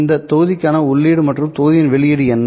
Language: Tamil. இந்த தொகுதிக்கான உள்ளீடு மற்றும் தொகுதியின் வெளியீடு என்ன